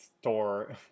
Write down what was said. Store